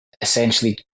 essentially